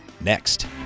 next